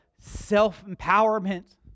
self-empowerment